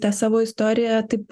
tą savo istoriją taip